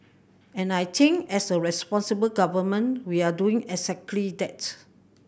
and I think as a responsible government we're doing exactly that